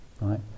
Right